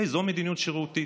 זאת מדיניות שרירותית,